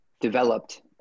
developed